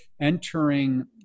entering